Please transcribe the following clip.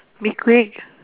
be quick